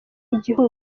igihugu